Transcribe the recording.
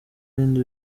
ibindi